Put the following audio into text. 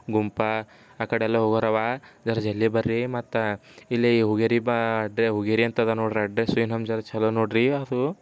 ಗುಂಪಾ ಆ ಕಡೆ ಎಲ್ಲ ಹೋಗೋರವ ಜರಾ ಜಲ್ದಿ ಬನ್ರಿ ಮತ್ತು ಇಲ್ಲಿ ಹೂಗೇರಿ ಬಾ ಹೂಗೇರಿ ಅಂತದ ನೋಡಿರಿ ಅಡ್ರೆಸ್ ಇನ್ನೊಮ್ಮೆ ಜರಾ ಛಲೋ ನೋಡಿರಿ ಅದು